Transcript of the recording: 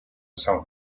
san